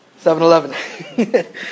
7-Eleven